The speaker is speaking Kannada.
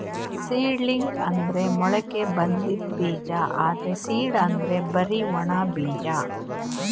ಸೀಡಲಿಂಗ್ ಅಂದ್ರ ಮೊಳಕೆ ಬಂದಿದ್ ಬೀಜ, ಆದ್ರ್ ಸೀಡ್ ಅಂದ್ರ್ ಬರಿ ಒಣ ಬೀಜ